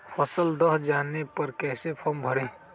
फसल दह जाने पर कैसे फॉर्म भरे?